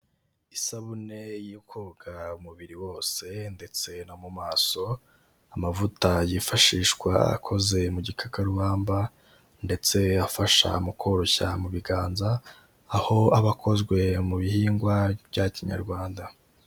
Isabune yo koga umubiri wose ndetse no mu maso, amavuta yifashishwa akoze mu gikakarubamba ndetse afasha mu koroshya mu biganza aho aba akozwe mu bihingwa bya kinyarwanda.